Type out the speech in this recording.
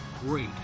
great